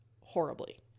horribly